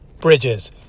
Bridges